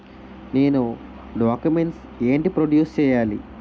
నేను డాక్యుమెంట్స్ ఏంటి ప్రొడ్యూస్ చెయ్యాలి?